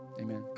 Amen